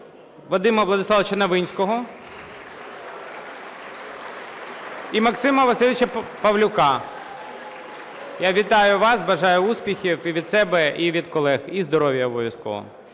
Вадима Владиславовича Новинського (Оплески) і Максима Васильовича Павлюка (Оплески). Я вітаю вас! Бажаю успіхів і від себе, і від колег, і здоров'я обов'язково.